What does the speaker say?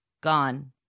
Gone